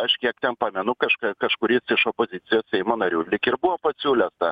aš kiek ten pamenu kaž kažkuris iš opozicijos seimo narių lyg ir buvo pasiūlęs tą